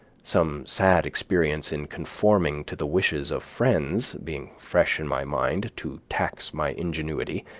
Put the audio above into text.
some sad experience in conforming to the wishes of friends being fresh in my mind to tax my ingenuity,